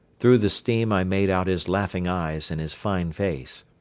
through the steam i made out his laughing eyes and his fine face.